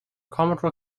commodore